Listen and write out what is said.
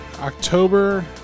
October